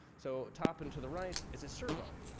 so top and to the right is a servo.